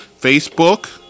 Facebook